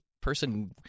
person